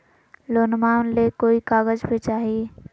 लोनमा ले कोई कागज भी चाही?